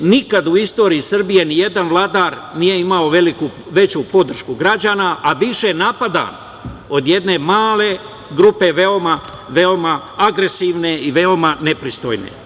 Nikad u istoriji Srbije nijedan vladar nije imao veću podršku građana, a više napada od jedne male grupe, veoma agresivne i veoma nepristojne.